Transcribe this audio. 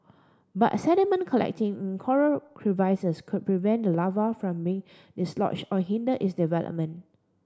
but sediment collecting coral crevices could prevent the larva from being dislodge or hinder its development